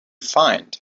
find